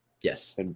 Yes